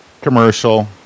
commercial